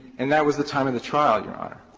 and that was the time of the trial, your honor.